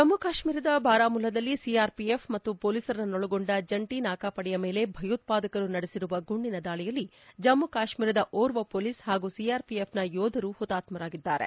ಜಮ್ಮು ಕಾಶ್ಮೀರದ ಬಾರಾಮುಲ್ಲಾದಲ್ಲಿ ಸಿಆರ್ಫಿಎಫ್ ಮತ್ತು ಪೊಲೀಸ್ರನ್ನೊ ಳಗೊಂಡ ಜಂಟಿ ನಾಕ ಪಡೆಯ ಮೇಲೆ ಭಯೋತ್ಪಾದಕರು ನಡೆಸಿರುವ ಗುಂಡಿನ ದಾಳಿಯಲ್ಲಿ ಜಮ್ಮು ಕಾಶ್ಮೀರದ ಓರ್ವ ಪೊಲೀಸ್ ಹಾಗೂ ಸಿಆರ್ಫಿಎಫ್ನ ಯೋಧರು ಹುತಾತ್ಮರಾಗಿದ್ದಾರೆ